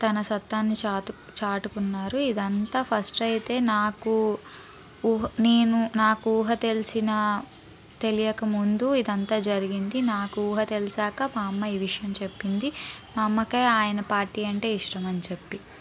తన సత్తాని చాటు చాటుకున్నారు ఇదంతా ఫస్ట్ అయితే నాకు ఊహ నేను నాకు ఊహ తెలిసిన తెలియక ముందు ఇదంతా జరిగింది నాకు ఊహ తెలుసాక మా అమ్మ ఈ విషయం చెప్పింది మా అమ్మకి ఆయన పార్టీ అంటే ఇష్టమని చెప్పి